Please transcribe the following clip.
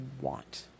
want